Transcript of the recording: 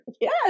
Yes